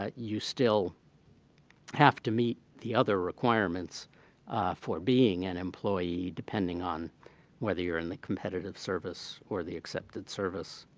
ah you still have to meet the other requirements for being an employee depending on whether you're in the competitive service or the excepted service,